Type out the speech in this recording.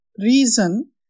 reason